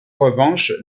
revanche